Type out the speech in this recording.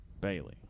Bailey